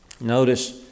notice